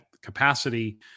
capacity